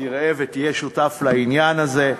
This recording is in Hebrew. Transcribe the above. שתראה ותהיה שותף לעניין הזה.